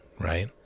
right